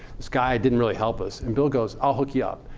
this guy didn't really help us. and bill goes, i'll hook you up.